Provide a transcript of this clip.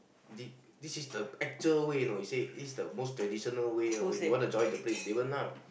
this this is the actual way you know he say this is the most traditional way ah when you want to join the place Davon nah